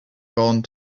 gone